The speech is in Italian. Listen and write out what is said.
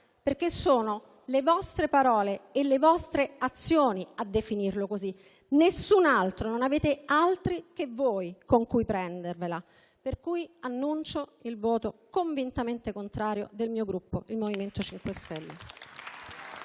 perché sono le vostre parole e le vostre azioni a definirlo così, nessun altro: non avete altri che voi con cui prendervela. Pertanto, annuncio il voto convintamente contrario del Gruppo MoVimento 5 Stelle.